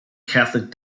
catholic